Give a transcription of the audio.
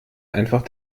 einfach